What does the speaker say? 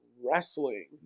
wrestling